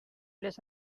les